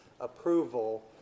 approval